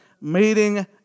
meeting